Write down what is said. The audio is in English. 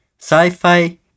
Sci-fi